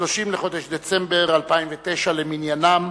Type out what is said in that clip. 30 בדצמבר 2009 למניינם.